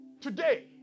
Today